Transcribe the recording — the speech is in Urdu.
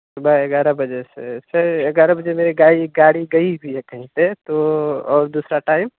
صبح گیارہ بجے سے سر گیارہ بجے میری گاڑی گاڑی گئی ہوئی ہے کہیں پہ تو اور دوسرا ٹائم